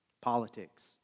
Politics